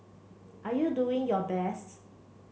are you doing your best